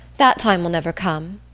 that time will never come.